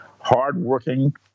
hardworking